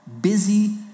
Busy